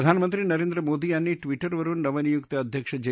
प्रधानमंत्री नरेंद्र मोदी यांनी प्रि उवरुन नवनियुक्त अध्यक्ष जे